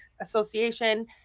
Association